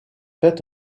fait